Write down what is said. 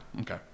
Okay